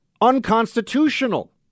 unconstitutional